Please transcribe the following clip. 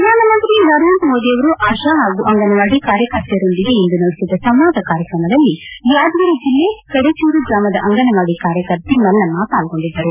ಪ್ರಧಾನಮಂತ್ರಿ ನರೇಂದ್ರ ಮೋದಿಯವರು ಆಶಾ ಹಾಗೂ ಅಂಗನವಾಡಿ ಕಾರ್ಯಕರ್ತೆಯರೊಂದಿಗೆ ಇಂದು ನಡೆಸಿದ ಸಂವಾದ ಕಾರ್ಯಕ್ರಮದಲ್ಲಿ ಯಾದಗಿರಿ ಜಿಲ್ಲೆ ಕಡೇಚೂರು ಗ್ರಾಮದ ಅಂಗನವಾಡಿ ಕಾರ್ಯಕರ್ತೆ ಮಲ್ಲಮ್ನ ಪಾಲ್ಗೊಂಡಿದ್ದರು